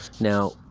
now